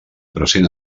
present